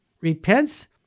repents